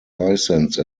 license